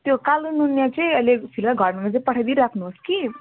त्यो कालो नुनिया चाहिँ अहिले फिलहाल घरमा चाहिँ पठाइदिइ राख्नु होस् कि